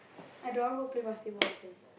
I don't want go play basketball later